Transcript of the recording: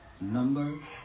Number